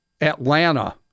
Atlanta